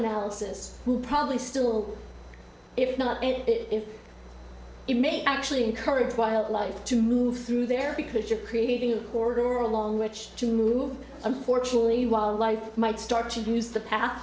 analysis who probably still if not it it may actually encourage wildlife to move through there because you're creating a border or along which to move unfortunately wildlife might start to use the